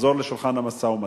לחזור לשולחן המשא-ומתן,